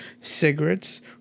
cigarettes